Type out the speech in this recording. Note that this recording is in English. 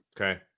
Okay